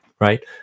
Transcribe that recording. right